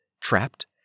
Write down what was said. Trapped